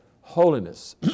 holiness